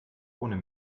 ohne